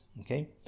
okay